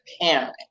parent